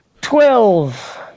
Twelve